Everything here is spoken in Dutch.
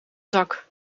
zak